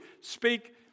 speak